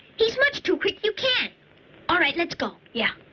he's much too quick. you can't alright let's go. yeah